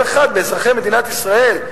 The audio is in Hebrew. כל אחד מאזרחי מדינת ישראל,